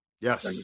Yes